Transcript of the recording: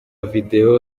videwo